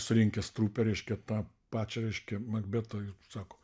surinkęs trupę reiškia tą pačią reiškia makbetą ir sako